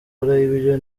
ibyo